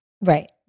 Right